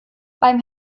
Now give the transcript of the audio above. beim